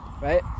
right